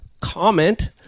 comment